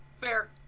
Fair